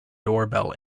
doorbell